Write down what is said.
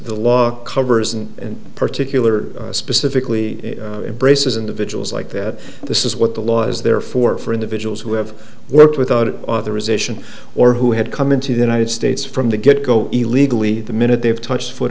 the law covers and in particular specifically embraces individuals like that this is what the law is there for for individuals who have worked without authorization or who had come into the united states from the get go illegally the minute they've touched foot